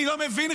אני לא מבין,